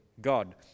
God